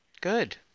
Good